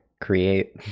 create